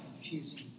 confusing